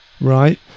right